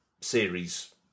series